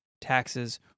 taxes